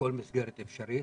בכל מסגרת אפשרית.